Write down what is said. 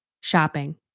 shopping